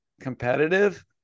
competitive